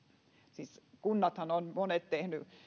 siis kunnathan ovat monet tehneet